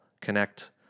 connect